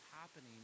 happening